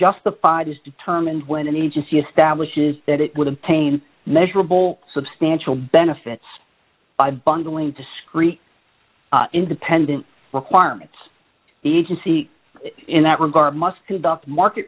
justified is determined when an agency establishes that it would have pain measurable substantial benefits by bundling discrete independent requirements agency in that regard must